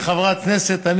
כחברת כנסת,